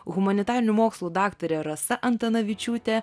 humanitarinių mokslų daktarė rasa antanavičiūtė